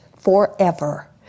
forever